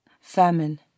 Famine